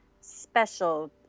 special